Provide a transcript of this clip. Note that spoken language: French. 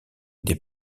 des